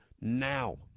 now